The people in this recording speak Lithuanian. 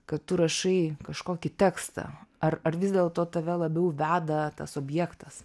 kad tu rašai kažkokį tekstą ar ar vis dėlto tave labiau veda tas objektas